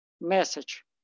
message